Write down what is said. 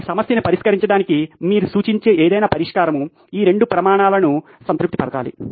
ఈ సమస్యను పరిష్కరించడానికి మీరు సూచించే ఏదైనా పరిష్కారం ఈ రెండు ప్రమాణాలను సంతృప్తి పరచాలి